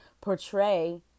portray